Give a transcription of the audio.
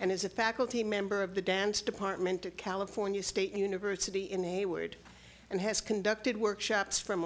and is a faculty member of the dance department at california state university in a word and has conducted workshops from